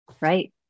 right